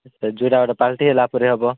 ସେ ଝୁରା ଗୁରା ପାଲଟିହେଲା ପରି ହେବ